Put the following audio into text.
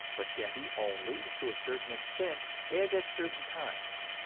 but can be only to a certain extent, and at certain times.